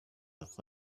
with